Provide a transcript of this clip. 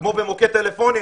כמו במוקד טלפוני,